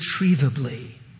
irretrievably